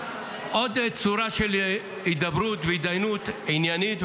עוד צורה של הידברות והתדיינות עניינית,